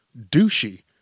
douchey